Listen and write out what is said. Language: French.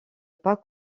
pas